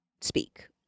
speak